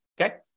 okay